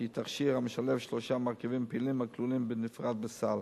שהוא תכשיר המשלב שלושה מרכיבים פעילים הכלולים בנפרד בסל.